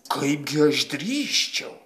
kaipgi aš drįsčiau